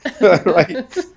Right